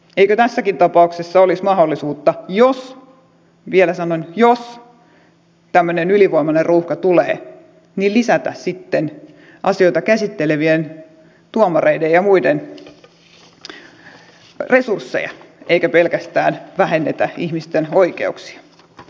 eikö tässäkin tapauksessa olisi mahdollisuutta jos vielä sanon jos tämmöinen ylivoimainen ruuhka tulee lisätä sitten asioita käsittelevien tuomareiden ja muiden resursseja eikä pelkästään vähennetä ihmisten oikeuksia